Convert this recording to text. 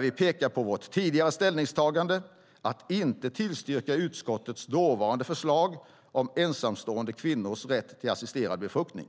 Vi pekar på vårt tidigare ställningstagande att inte tillstyrka utskottets dåvarande förslag om ensamstående kvinnors rätt till assisterad befruktning.